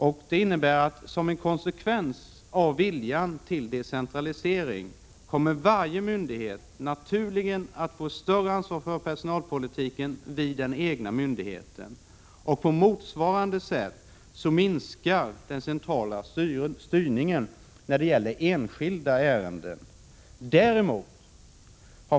Som en naturligt konsekvens av viljan till decentralisering kommer varje myndighet att få större ansvar för personalpolitiken vid den egna myndigheten. På motsvarande sätt minskar den centrala samordningen av enskilda ärenden.